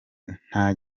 nta